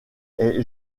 est